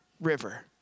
River